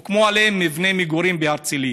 הוקמו עליהם מבני מגורים בהרצליה,